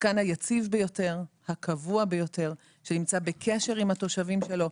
השלטון המקומי הוא השחקן הקבוע ביותר שנמצא בקשר עם התושבים שלו.